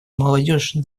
молодежь